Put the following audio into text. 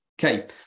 Okay